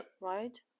right